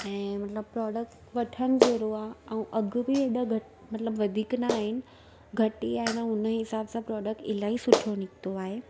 ऐं मतलबु प्रोडक्ट वठणु जहिड़ो आहे ऐं अघु बि अहिड़ा घटि मतलबु वधीक नाहिनि घटि ई आहे अन हुन हिसाबु सां प्रोडक्ट इलाही सुठो निकितो आहे